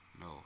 No